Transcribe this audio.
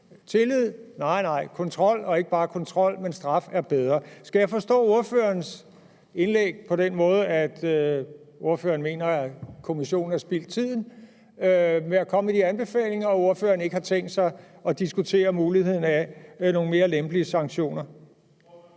Tillid er godt, men kontrol og ikke bare kontrol, men straf er bedre. Skal jeg forstå ordførerens indlæg på den måde, at ordføreren mener, at kommissionens arbejde er spild af tid, når den kommer med de anbefalinger, og at ordføreren ikke har tænkt sig at diskutere muligheden af nogle mere lempelige sanktioner?